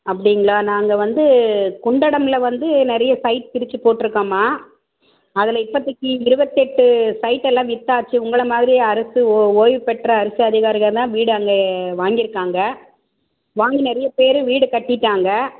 அப்படிங்களா நாங்கள் வந்து குண்டடமில் வந்து நிறைய சைட் பிரிச்சு போட்டிருக்கேம்மா அதில் இப்போத்திக்கி இருபத்தெட்டு சைட்டெல்லாம் விற்றச்சு உங்கள மாதிரி அரசு ஓ ஓய்வு பெற்ற அரசு அதிகாரிகள்தான் வீடு அங்கே வாங்கியிருக்காங்க வாங்கி நிறைய பேர் வீடு கட்டிவிட்டாங்க